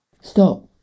Stop